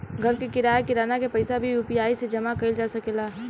घर के किराया, किराना के पइसा भी यु.पी.आई से जामा कईल जा सकेला